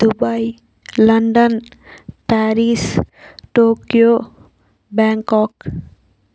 Dubai London Paris Tokyo Bangkok